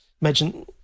Imagine